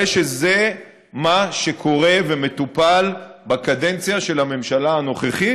הרי שזה מה שקורה ומטופל בקדנציה של הממשלה הנוכחית,